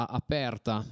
aperta